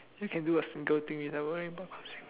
you can do a single thing without